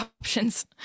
options